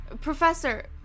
Professor